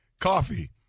Coffee